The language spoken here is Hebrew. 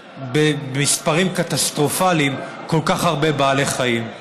במספרים קטסטרופליים כל כך הרבה בעלי חיים.